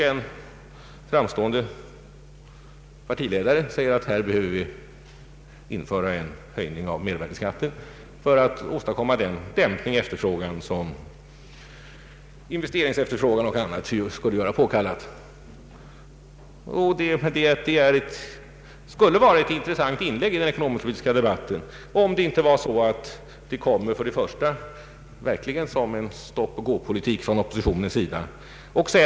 En framstående partiledare sade då att vi behöver höja mervärdeskatten redan innevarande år för att åstadkomma den dämpning av efterfrågan som skulle vara påkallad. Detta skulle ha varit ett intressant inlägg i en ekonomisk-politisk debatt om det inte verkligen vore uttryck för en stoppoch gå-politik.